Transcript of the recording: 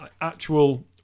actual